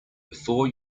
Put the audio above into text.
before